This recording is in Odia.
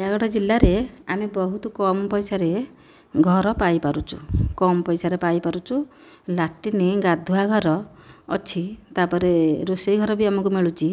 ନୟାଗଡ଼ ଜିଲ୍ଲାରେ ଆମେ ବହୁତ କମ ପଇସାରେ ଘର ପାଇ ପାରୁଛୁ କମ ପଇସାରେ ପାଇପାରୁଛୁ ଲାଟିନି ଗାଧୁଆଘର ଅଛି ତାପରେ ରୋଷେଇ ଘର ବି ଆମକୁ ମିଳୁଛି